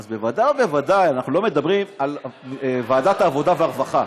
אז בוודאי ובוודאי אנחנו לא מדברים על ועדת העבודה והרווחה.